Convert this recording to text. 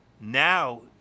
Now